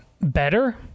better